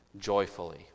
joyfully